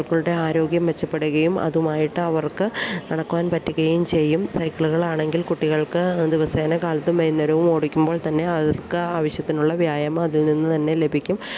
ആരോഗ്യം മെച്ചപ്പെടുകയും അതുമായിട്ട് അവർക്ക് നടക്കുവാൻ പറ്റുകയും ചെയ്യും സൈക്കിളുകളാണെങ്കിൽ കുട്ടികൾക്കു ദിവസേന കാലത്തും വൈകുന്നേരവും ഓടിക്കുമ്പോൾ തന്നെ അവർക്ക് ആവശ്യത്തിനുള്ള വ്യായാമം അതിൽനിന്നു തന്നെ ലഭിക്കും